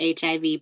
HIV